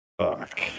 Fuck